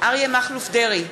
אריה מכלוף דרעי,